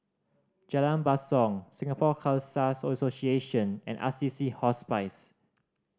Jalan Basong Singapore Khalsa Association and Assisi Hospice